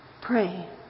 Pray